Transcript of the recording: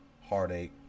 heartache